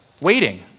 waiting